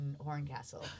Horncastle